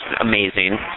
amazing